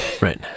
Right